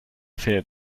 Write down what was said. findet